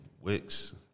Wicks